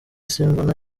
simbona